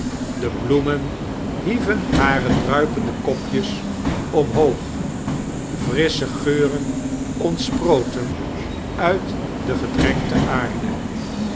de bloemen hieven hare druipende kopjes omhoog frissche geuren ontsproten uit de gedrenkte aarde